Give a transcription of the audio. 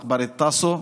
מקברת טאסו,